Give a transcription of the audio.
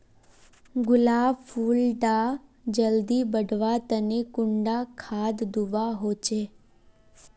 गुलाब फुल डा जल्दी बढ़वा तने कुंडा खाद दूवा होछै?